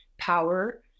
power